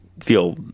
feel